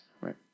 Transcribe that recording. right